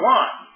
one